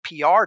PR